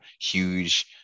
huge